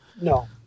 no